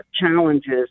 challenges